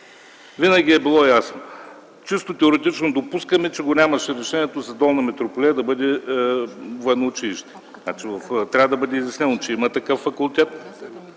Винаги е било ясно. Чисто теоретично допускаме, че го нямаше решението за Долна Митрополия да бъде военно училище. Трябва да бъде изяснено, че има такъв факултет,